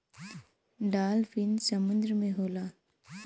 dolphin समुंदर में होला